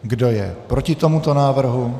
Kdo je proti tomuto návrhu?